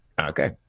Okay